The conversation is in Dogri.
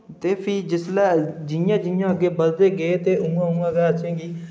ते फ्ही जिसलै जि'यां जि'यां अग्गें बधदे गे ते उ'आं उ'आं गै अ'सेंगी